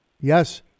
yes